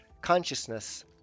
consciousness